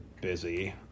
busy